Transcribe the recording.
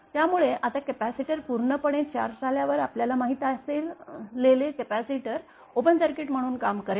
त्यामुळे आता कपॅसिटर पूर्णपणे चार्ज झाल्यावर आपल्याला माहीत असलेले कपॅसिटर ओपन सर्किट म्हणून काम करेल